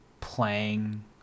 playing